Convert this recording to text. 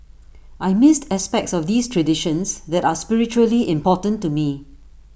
I missed aspects of these traditions that are spiritually important to me